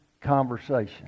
conversation